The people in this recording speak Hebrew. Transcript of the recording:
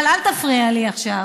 אבל אל תפריע לי עכשיו.